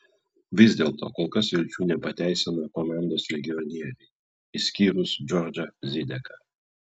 vis dėlto kol kas vilčių nepateisina komandos legionieriai išskyrus džordžą zideką